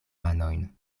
manojn